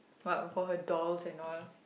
what for her dolls and all